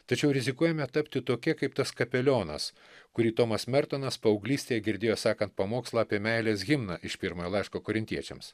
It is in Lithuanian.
tačiau rizikuojame tapti tokie kaip tas kapelionas kurį tomas mertonas paauglystėj girdėjo sakant pamokslą apie meilės himną iš pirmojo laiško korintiečiams